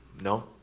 No